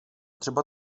třeba